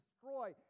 destroy